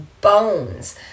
bones